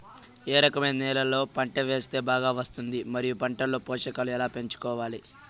ఏ రకమైన నేలలో పంట వేస్తే బాగా వస్తుంది? మరియు పంట లో పోషకాలు ఎలా పెంచుకోవాలి?